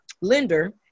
lender